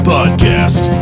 Podcast